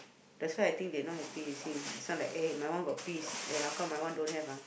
that's why I think they not happy you see this one like eh my one got peas eh how come my one don't have ah